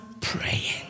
praying